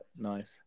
Nice